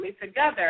together